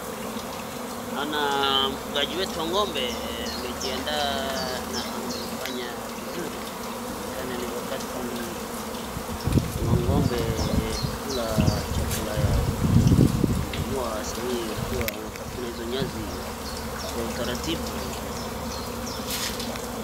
Naona mfugaji wetu wa ng'ombe amejiandaa na amefanya vizuri inaonekana ni wakati ya ng'ombe kukula chakula yao, na wameamua sahii wakiwa wanatafuna hizo nyasi kwa utaratibu.